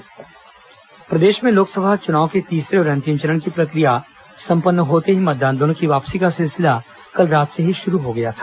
मतदान दल वापसी प्रदेश में लोकसभा चुनाव के तीसरे और अंतिम चरण की प्रक्रिया संपन्न होते ही मतदान दलों की वापसी का सिलसिला कल रात से ही शुरू हो गया था